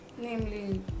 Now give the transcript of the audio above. namely